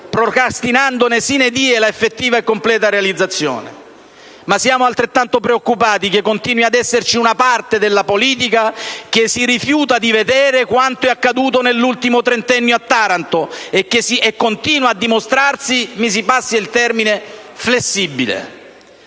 procrastinarne *sine die* la effettiva e completa realizzazione. Ma siamo altrettanto preoccupati che continui ad esserci una parte della politica che si rifiuta di vedere quanto è accaduto nell'ultimo trentennio a Taranto e che continua a dimostrarsi, mi si passi il termine, flessibile.